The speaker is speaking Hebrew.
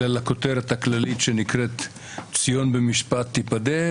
אלא לכותרת הכללית שנקראת "ציון במשפט תיפדה",